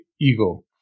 ego